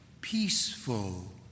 peaceful